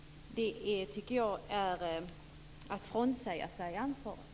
Jag tycker att det är att frånsäga sig ansvaret.